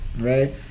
Right